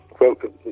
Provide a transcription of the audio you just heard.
Welcome